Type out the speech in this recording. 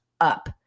up